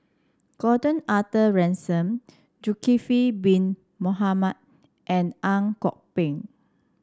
Gordon Arthur Ransome Zulkifli Bin Mohamed and Ang Kok Peng